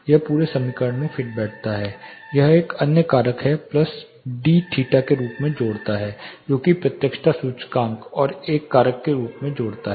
यह इस पूरे समीकरण में फिट बैठता है यह एक अन्य कारक प्लस DI थीटा के रूप में जोड़ता है जो कि प्रत्यक्षता सूचकांक एक और कारक के रूप में जोड़ता है